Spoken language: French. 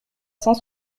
cent